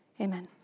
Amen